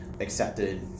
accepted